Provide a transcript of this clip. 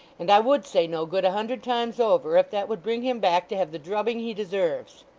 and i would say no good a hundred times over, if that would bring him back to have the drubbing he deserves